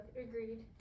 agreed